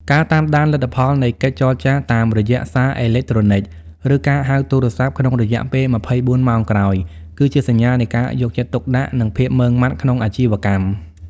ការតាមដានលទ្ធផលនៃកិច្ចចរចាតាមរយៈសារអេឡិចត្រូនិច ឬការហៅទូរស័ព្ទក្នុងរយៈពេល ២៤ ម៉ោងក្រោយ គឺជាសញ្ញានៃការយកចិត្តទុកដាក់ និងភាពម៉ឺងម៉ាត់ក្នុងអាជីវកម្ម។